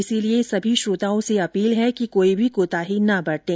इसलिए सभी श्रोताओं से अपील है कि कोई भी कोताही न बरतें